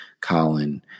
Colin